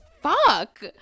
fuck